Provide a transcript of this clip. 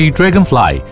Dragonfly